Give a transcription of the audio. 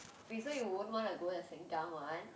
wait so you won't want to go the sengkang one